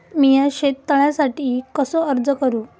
मीया शेत तळ्यासाठी कसो अर्ज करू?